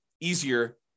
easier